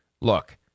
look